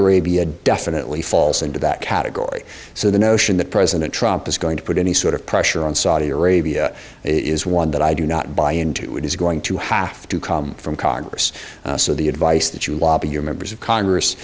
arabia definitely falls into that category so the notion that president trump is going to put any sort of pressure on saudi arabia is one that i do not buy into it is going to have to come from congress so the advice that you lobby your members of